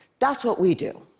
that's what we do.